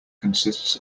consists